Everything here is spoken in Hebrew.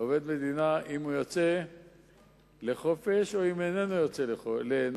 עובד מדינה אם הוא יוצא לנופש ואם הוא איננו יוצא לנופש.